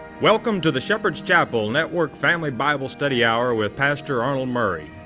welcome to the shepherd's chapel network family bible study hour with pastor arnold murray.